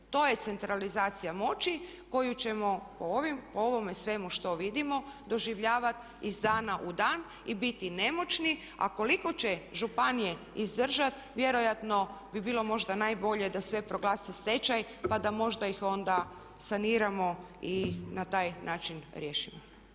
To je centralizacija moći koju ćemo po ovome svemu što vidimo doživljavati iz dana u dan i biti nemoćni, a koliko će županije izdržati vjerojatno bi bilo možda najbolje da sve proglase stečaj pa da možda ih onda saniramo i na taj način riješimo.